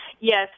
Yes